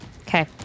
Okay